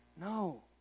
No